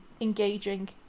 engaging